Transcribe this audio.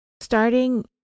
Starting